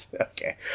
okay